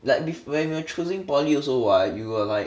like be~ when were choosing poly also [what] you were like